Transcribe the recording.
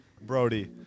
Brody